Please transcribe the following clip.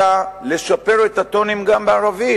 אלא לשפר את הטונים גם בערבית.